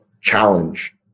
challenge